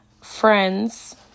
friends